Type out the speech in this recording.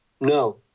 No